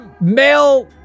male